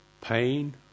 pain